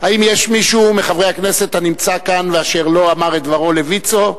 האם יש מישהו מחברי הכנסת שנמצא כאן אשר לא אמר את דברו לויצו?